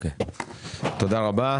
תודה רבה.